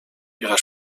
ihrer